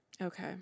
okay